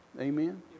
Amen